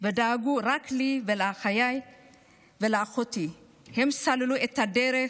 ודאגו רק לי, לאחיי ולאחותי, הם סללו את הדרך